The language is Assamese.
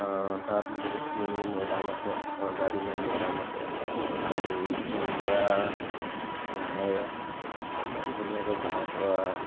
তাত বহুতখিনি মৈদাম আছে ৰজাদিনীয়া মৈদাম আছে আৰু সেউজীয়া ঘাঁহেৰে একদম ধুনীয়াকে বনাই থোৱা